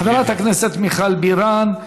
חברת הכנסת מיכל בירן,